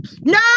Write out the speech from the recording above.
No